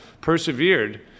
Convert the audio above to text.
persevered